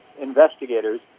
investigators